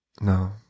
no